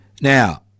Now